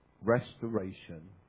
restoration